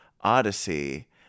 odyssey